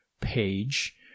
page